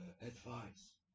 advice